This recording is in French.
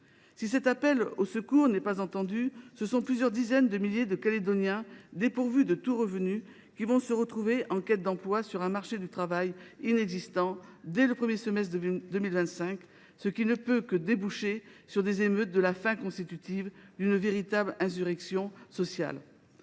Si cet appel au secours n’est pas entendu, ce sont plusieurs dizaines de milliers de Néo Calédoniens, dépourvus de tout revenu, qui se retrouveront en recherche d’emploi sur un marché du travail inexistant, et ce dès le premier semestre 2025, une situation qui ne peut que déboucher sur des émeutes de la faim constitutives d’une véritable insurrection sociale.